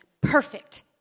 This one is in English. perfect